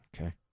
Okay